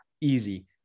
easy